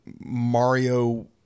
Mario